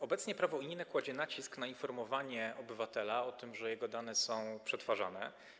Obecnie prawo unijne kładzie nacisk na informowanie obywatela o tym, że jego dane są przetwarzane.